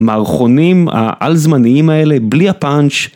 מערכונים האל-זמניים האלה, בלי הפאנץ'.